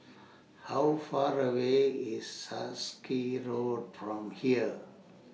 How Far away IS Sarkies Road from here